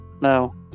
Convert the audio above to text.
no